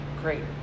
great